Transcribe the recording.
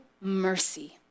Mercy